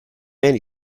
and